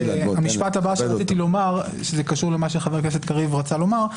המשפט הבא שרציתי לומר קשור למה שחבר הכנסת קריב רצה לומר,